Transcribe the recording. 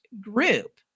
group